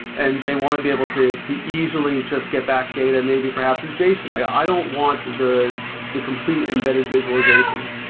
and they want to be able to to easily just get back data, maybe perhaps with json. i don't want the the complete embedded visualization.